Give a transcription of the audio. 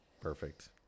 perfect